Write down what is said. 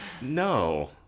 No